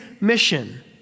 mission